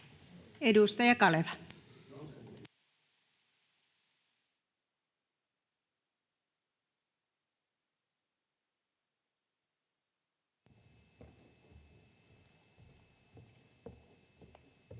Edustaja Kaleva. [Speech